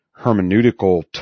hermeneutical